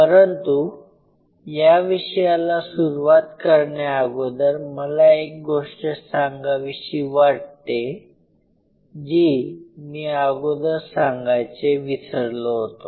परंतु या विषयाला सुरुवात करण्याअगोदर मला एक गोष्ट सांगावीशी वाटते जी मी अगोदर सांगायचे विसरलो होतो